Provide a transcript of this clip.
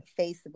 Facebook